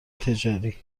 تجاری